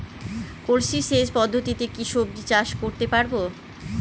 কলসি সেচ পদ্ধতিতে কি সবজি চাষ করতে পারব?